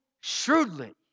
shrewdly